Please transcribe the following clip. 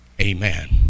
amen